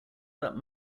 that